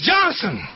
Johnson